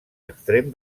extrem